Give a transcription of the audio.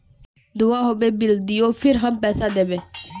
दूबा होबे बिल दियो फिर हम पैसा देबे?